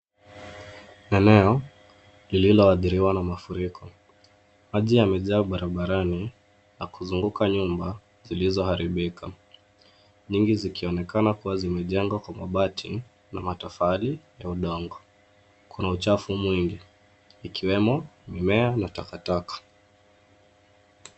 Eneo lilioadhiriwa na mafuriko. Maji yamejaa barabarani na kuzunguka nyumba zilizoharibika. Nyingi zikionekana kuwa zimejengwa kwa mabati na matofali ya udongo. Kuna uchafu mwingi ikiwemo mimea na takataka.